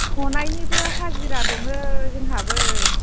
हनायनिबो हाजिरा दङ जोंहाबो